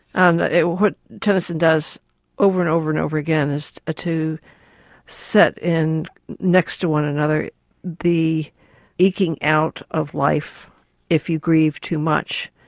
and what tennyson does over and over and over again is ah to set in next to one another the eking out of life if you grieve too much,